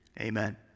amen